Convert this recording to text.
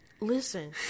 listen